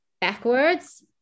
backwards